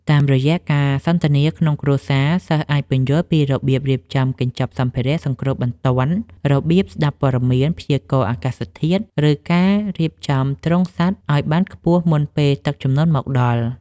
តាមរយៈការសន្ទនាក្នុងគ្រួសារ សិស្សអាចពន្យល់ពីរបៀបរៀបចំកញ្ចប់សម្ភារៈសង្គ្រោះបន្ទាន់ របៀបស្ដាប់ព័ត៌មានព្យាករណ៍អាកាសធាតុ ឬការរៀបចំទ្រុងសត្វឱ្យបានខ្ពស់មុនពេលទឹកជំនន់មកដល់។